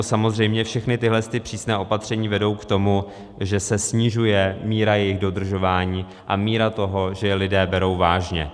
Samozřejmě všechna tato přísná opatření vedou k tomu, že se snižuje míra jejich dodržování a míra toho, že je lidé berou vážně.